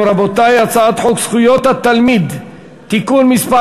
משפחותיהם (תיקון מס'